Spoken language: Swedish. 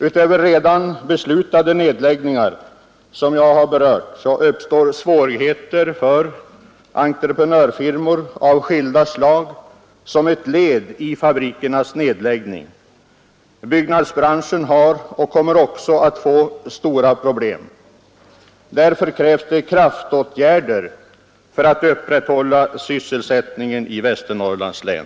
Utöver de beslutade nedläggningar som jag har berört uppstår svårigheter för entreprenörfirmor av skilda slag som en följd av fabrikernas nedläggning. Byggbranschen har och kommer också att få stora problem. Därför krävs det kraftåtgärder för att upprätthålla sysselsättningen i Västernorrlands län.